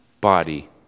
body